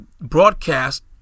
broadcast